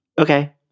okay